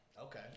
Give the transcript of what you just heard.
Okay